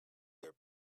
their